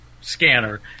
scanner